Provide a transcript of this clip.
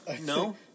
No